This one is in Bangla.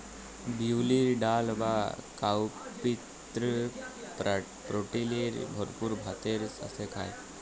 বিউলির ডাল বা কাউপিএ প্রটিলের ভরপুর ভাতের সাথে খায়